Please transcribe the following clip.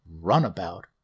runabout